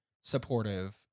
supportive